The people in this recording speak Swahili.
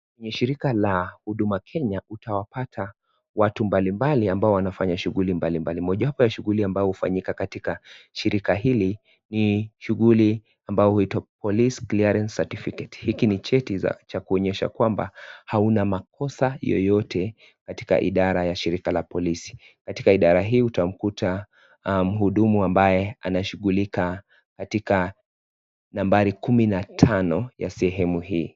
Kwenye shirika la huduma Kenya utawapata watu mbali mbali ambao wanafanya shughuli mbali mbali. Mojawapo ya shughuli ambayo hufanyika katika shirika hili ni shughuli ambayo huitwa police clearance certificate . Hiki ni cheti cha kuonyesha kwamba hauna makosa yoyote katika idara ya shirika la polisi. Katika idara hii utamkuta mhudumu ambaye anashugulika katika nambari kumi na tano ya sehemu hii.